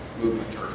Movement